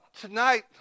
tonight